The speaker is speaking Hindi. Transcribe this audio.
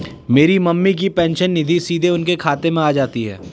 मेरी मम्मी की पेंशन निधि सीधे उनके खाते में आ जाती है